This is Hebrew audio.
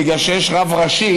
בגלל שיש רב ראשי,